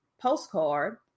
postcard